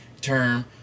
term